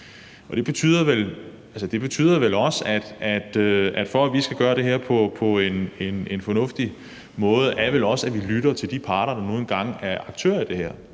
Det betyder vel også, at for at vi skal gøre det her på en fornuftig måde, skal vi lytte til de parter, der nu engang er aktører i det her,